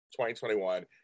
2021